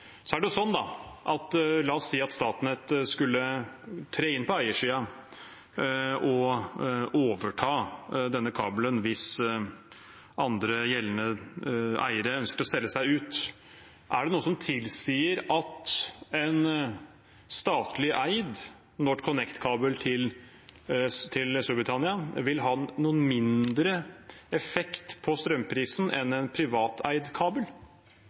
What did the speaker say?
La oss si at Statnett skulle tre inn på eiersiden og overta denne kabelen hvis andre, gjeldende eiere ønsker å selge seg ut. Er det noe som tilsier at en statlig eid NorthConnect-kabel til Storbritannia vil ha noen mindre effekt på strømprisen enn en privateid kabel?